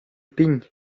pign